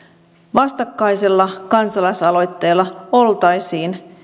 vastakkaisella kansalaisaloitteella oltaisiin